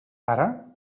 ara